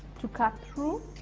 to cut through,